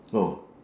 oh